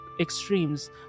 extremes